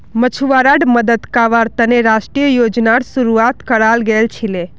मछुवाराड मदद कावार तने राष्ट्रीय योजनार शुरुआत कराल गेल छीले